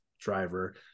driver